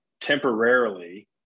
temporarily